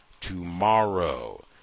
Tomorrow